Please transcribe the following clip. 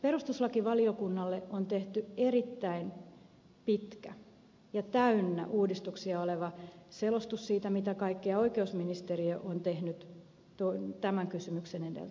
perustuslakivaliokunnalle on tehty erittäin pitkä ja täynnä uudistuksia oleva selostus siitä mitä kaikkea oikeusministeriö on tehnyt tämän kysymyksen edeltä